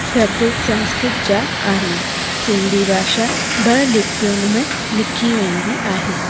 शब्द संस्कृत जा आहिनि सिंधी भाषा ॿ लीपियुनि में लिखी वेंदी आहे